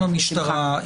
עם המשטרה,